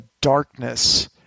darkness